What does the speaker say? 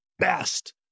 Best